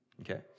okay